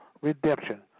redemption